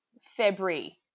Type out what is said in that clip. February